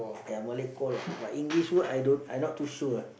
ya Malay call lah but Indonesia I don't I not too sure ah